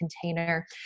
container